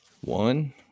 One